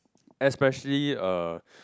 especially uh